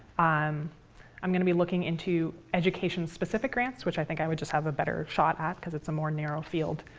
um i'm going to be looking into education-specific grants, which i think i would just have a better shot at, because it's a more narrow field.